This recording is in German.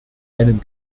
einem